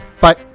Bye